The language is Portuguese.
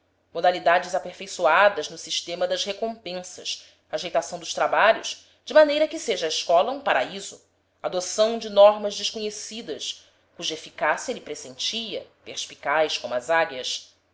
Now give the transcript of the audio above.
modalidades aperfeiçoadas no sistema das recompensas ajeitação dos trabalhos de maneira que seja a escola um paraíso adoção de normas desconhecidas cuja eficácia ele pressentia perspicaz como as águias